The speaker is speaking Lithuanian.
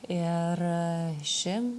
ir ši